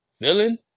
villain